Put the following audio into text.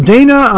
Dana